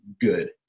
good